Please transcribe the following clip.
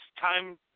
time